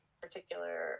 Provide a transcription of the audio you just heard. Particular